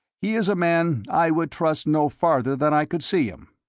he is a man i would trust no farther than i could see him,